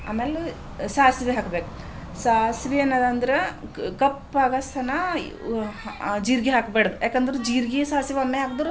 ಆಮೇಲೆ ಸಾಸಿವೆ ಹಾಕಬೇಕು ಸಾಸಿವೆ ಅನ್ನದಂದ್ರ ಕಪ್ಪಾಗೋತನ ಜೀರಿಗೆ ಹಾಕ್ಬಾರ್ದು ಯಾಕೆಂದ್ರೆ ಜೀರಿಗೆ ಸಾಸಿವೆ ಒಮ್ಮೆ ಹಾಕಿದ್ರು